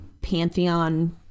pantheon